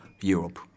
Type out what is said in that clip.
Europe